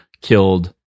killed